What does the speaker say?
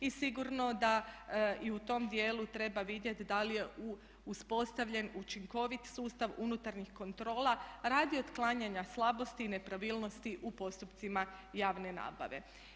I sigurno da i u tom dijelu treba vidjeti da li je uspostavljen učinkovit sustav unutarnjih kontrola radi otklanjanja slabosti i nepravilnosti u postupcima javne nabave.